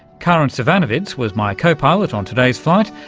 karin zsivanovits was my co-pilot on today's flight.